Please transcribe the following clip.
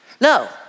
No